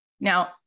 Now